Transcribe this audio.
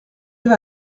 avez